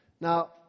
Now